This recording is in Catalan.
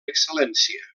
excel·lència